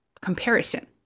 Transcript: comparison